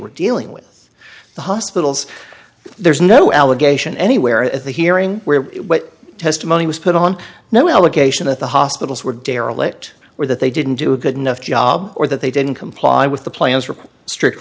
were dealing with the hospitals there's no allegation anywhere at the hearing where testimony was put on no allegation at the hospitals were derelict or that they didn't do a good enough job or that they didn't comply with the plans for strict